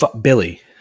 Billy